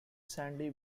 sandy